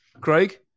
Craig